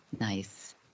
Nice